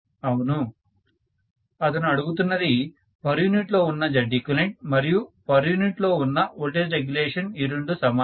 అవును అతను అడుగుతున్నది పర్ యూనిట్ లో ఉన్న Zeq మరియు పర్ యూనిట్ లో ఉన్న వోల్టేజ్ రెగ్యులేషన్ ఈ రెండూ సమానమా